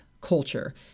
culture